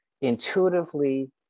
intuitively